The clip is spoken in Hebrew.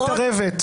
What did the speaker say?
את לא מתערבת.